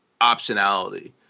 optionality